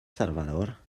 salvador